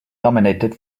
nominated